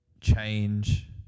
change